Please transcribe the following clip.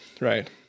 Right